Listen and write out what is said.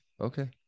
Okay